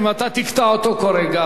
אם אתה תקטע אותו כל רגע,